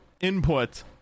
input